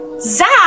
Zach